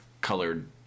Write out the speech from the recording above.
colored